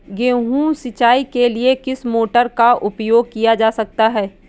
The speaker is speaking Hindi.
गेहूँ सिंचाई के लिए किस मोटर का उपयोग किया जा सकता है?